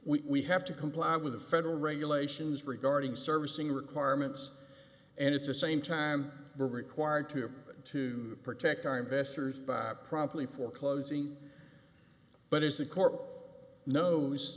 this we have to comply with the federal regulations regarding servicing requirements and it's the same time we're required to have to protect our investors by promptly foreclosing but is the court knows